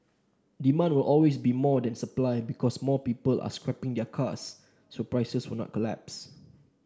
demand will always be more than supply because more people are scrapping their cars so price will not collapse